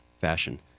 fashion